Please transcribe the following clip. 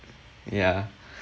ya